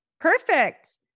Perfect